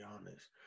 honest